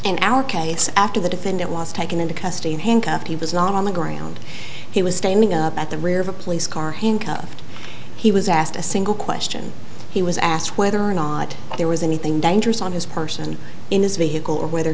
in our case after the defendant was taken into custody handcuffed he was not on the and he was standing up at the rear of a police car handcuffed he was asked a single question he was asked whether or not there was anything dangerous on his person in his vehicle or whether